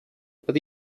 but